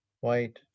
white